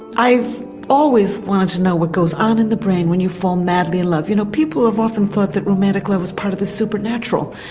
i've always wanted to know what goes on in the brain when you fall madly in love. you know people have often thought that romantic love was part of the supernatural,